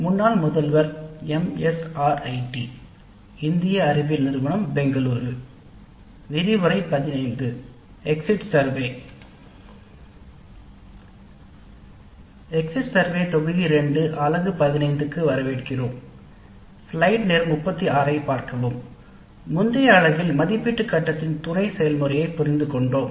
முந்தைய வகுப்பில் மதிப்பீட்டு கட்டத்தின் துணை செயல்முறையை புரிந்துகொண்டோம்